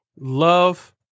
Love